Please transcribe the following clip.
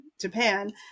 Japan